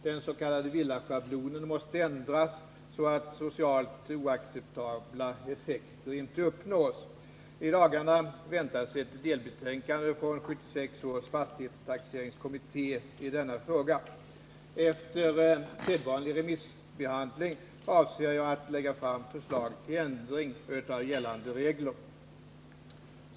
Den s.k. villaschablonen måste ändras så, att socialt oacceptabla effekter inte uppstår. I dagarna väntas ett delbetänkande från 1976 års fastighetstaxeringskommitté i denna fråga. Efter sedvanlig remissbehandling avser jag att lägga fram förslag till ändring av gällande regler.